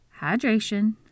hydration